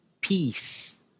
peace